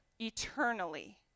eternally